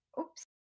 oops